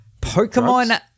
Pokemon